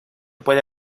puede